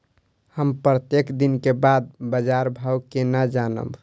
हम प्रत्येक दिन के बाद बाजार भाव केना जानब?